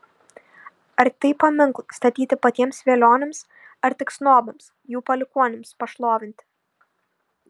ar tai paminklai statyti patiems velioniams ar tik snobams jų palikuonims pašlovinti